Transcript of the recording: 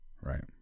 right